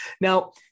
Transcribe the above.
now